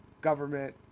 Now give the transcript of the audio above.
government